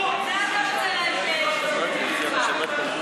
תקציב תיאטראות